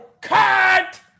Cut